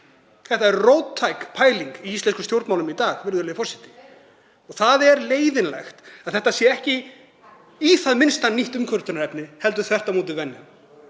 Þetta er róttæk pæling í íslenskum stjórnmálum í dag, virðulegi forseti Það er leiðinlegt að þetta sé ekki í það minnsta nýtt umkvörtunarefni heldur þvert á móti venja.